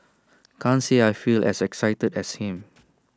can't say I feel as excited as him